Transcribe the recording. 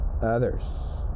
Others